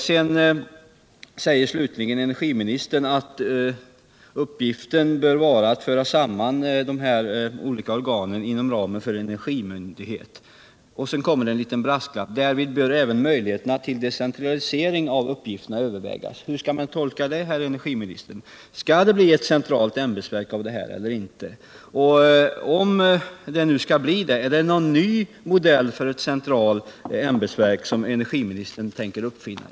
Till sist sade energiministern att uppgiften bör vara att föra samman de olika organen inom ramen för en cnergimyndighet. Men sedan kom det en liten brasklapp: ”Därvid bör möjligheterna till en decentralisering av uppgifterna övervägas.” Hur skall man tolka det, herr energiminister? Skall det bli ett centralt ämbetsverk av detta eller inte? Om det nu skall bli det, är det en ny modell för ett centralt ämbetsverk som energiministern tänker uppfinna?